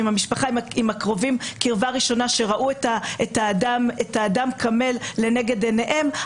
עם הקרובים קרבה ראשונה שראו את האדם כמל לנגד עיניהם,